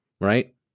right